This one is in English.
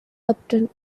upton